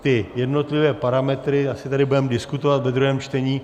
Ty jednotlivé parametry asi tady budeme diskutovat ve druhém čtení.